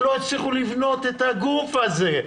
הם לא הצליחו לבנות את הגוף הזה.